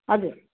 हजुर